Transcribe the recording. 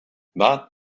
not